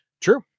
True